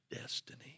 destiny